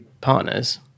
partners